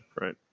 right